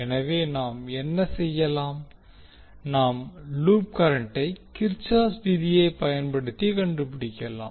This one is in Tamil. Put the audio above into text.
எனவே நாம் என்ன செய்யலாம் நாம் லூப் கரண்டை கிர்சாப்'ஸ் விதியை பயன்படுத்தி கண்டுபிடிக்கலாம்